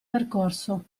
percorso